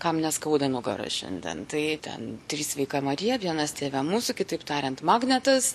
kam neskauda nugaros šiandien tai ten trys sveika marija vienas tėve mūsų kitaip tariant magnetas